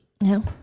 No